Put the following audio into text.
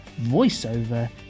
voiceover